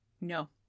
No